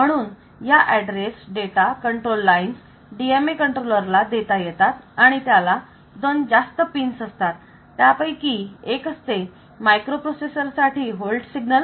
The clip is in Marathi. म्हणून या address data control lines DMA controller ला देता येतात आणि त्याला 2 जास्त पिंस असतात त्यापैकी एक असते मायक्रोप्रोसेसर साठी होल्ड सिग्नल